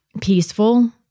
peaceful